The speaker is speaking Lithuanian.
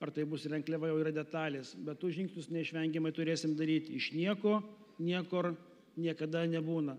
ar tai bus renkliava jau yra detalės bet tuos žingsnius neišvengiamai turėsim daryti iš nieko niekur niekada nebūna